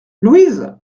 louise